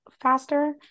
faster